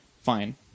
fine